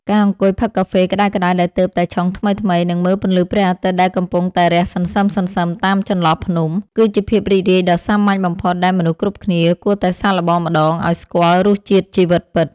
ការអង្គុយផឹកកាហ្វេក្តៅៗដែលទើបតែឆុងថ្មីៗ និង មើលពន្លឺព្រះអាទិត្យដែលកំពុងតែរះសន្សឹមៗតាមចន្លោះភ្នំ គឺជាភាពរីករាយដ៏សាមញ្ញបំផុតដែលមនុស្សគ្រប់គ្នាគួរតែសាកល្បងម្ដងឱ្យស្គាល់រសជាតិជីវិតពិត។